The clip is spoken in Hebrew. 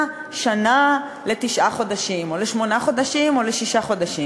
שנה לתשעה חודשים או לשמונה חודשים או לשישה חודשים,